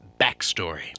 Backstory